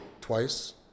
twice